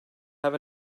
have